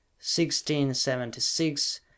1676